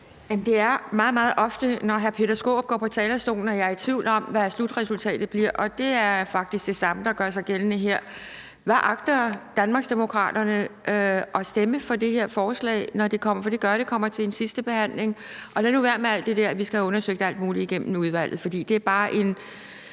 meget, meget ofte sådan, når hr. Peter Skaarup går på talerstolen, at jeg er i tvivl om, hvad slutresultatet bliver, og det er faktisk det samme, der gør sig gældende her. Hvad agter Danmarksdemokraterne at stemme til det her forslag, når det – for det gør det – kommer til en sidste behandling? Og lad nu være med at sige alt det der med, at vi skal have undersøgt alt muligt igennem udvalget, for det er bare en